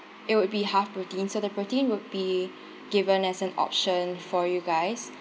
it would be half protein so the protein would be given as an option for you guys